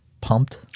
pumped